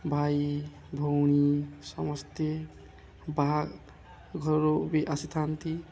ଭାଇ ଭଉଣୀ ସମସ୍ତେ ବାହା ଘର ବି ଆସିଥାନ୍ତି